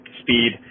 speed